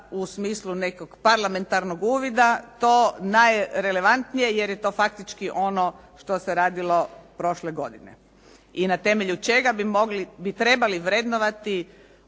u smislu nekog parlamentarnog uvida to najrelevantnije jer je to faktički ono što se radilo prošle godine i na temelju čega bi trebali vrednovati